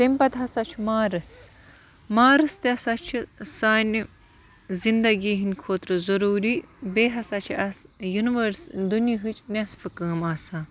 تَمہِ پَتہٕ ہَسا چھُ مارٕس مارٕس تہِ ہَسا چھُ سانہِ زِنٛدگی ہٕنٛدِ خٲطرٕ ضروٗری بیٚیہِ ہَسا چھُ اَسہِ یوٗنوٲرٕس دُنۍہٕچ نیصفہٕ کٲم آسان